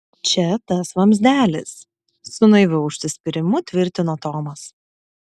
čia tas vamzdelis su naiviu užsispyrimu tvirtino tomas